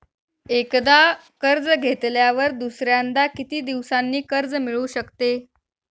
एकदा कर्ज घेतल्यावर दुसऱ्यांदा किती दिवसांनी कर्ज मिळू शकते?